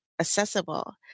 accessible